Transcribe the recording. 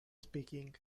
speaking